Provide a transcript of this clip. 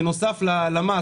בנוסף למס